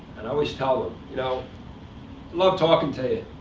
and i always tell them, you know love talking to you,